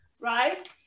right